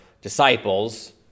disciples